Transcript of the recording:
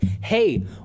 Hey